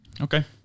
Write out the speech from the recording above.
Okay